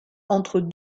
entre